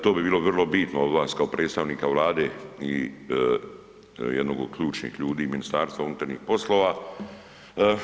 To bi bilo vrlo bitno od vas kao predstavnika Vlade i jednog od ključnih ljudi MUP-a.